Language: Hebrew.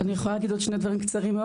עוד שני דברים קצרים.